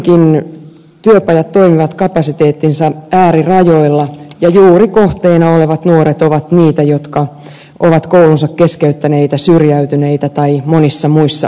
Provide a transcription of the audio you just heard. kuitenkin työpajat toimivat kapasiteettinsa äärirajoilla ja kohteena olevat nuoret ovat juuri niitä jotka ovat koulunsa keskeyttäneitä syrjäytyneitä tai monissa muissa ongelmissa